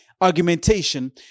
argumentation